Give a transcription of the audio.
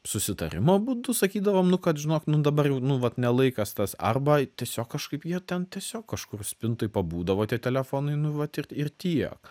susitarimo būdu sakydavom nu kad žinok nu dabar jau nu vat ne laikas tas arba tiesiog kažkaip jie ten tiesiog kažkur spintoj pabūdavo tie telefonai nu vat ir ir tiek